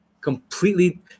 Completely